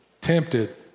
tempted